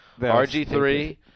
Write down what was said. RG3